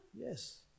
Yes